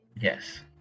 yes